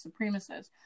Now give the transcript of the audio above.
supremacists